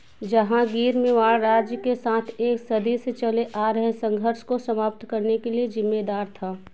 जहाँगीर मेवाड़ राज्य के साथ एक सदी से चले आ रहे संघर्ष को समाप्त करने के लिए ज़िम्मेदार था